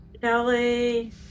Kelly